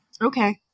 Okay